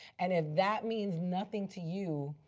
and if that means nothing to you,